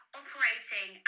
operating